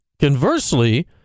conversely